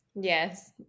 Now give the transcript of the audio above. yes